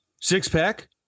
Six-pack